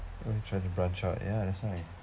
got to try to branch out ya that's why